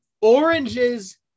Oranges